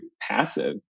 passive